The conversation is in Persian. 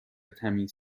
تمیز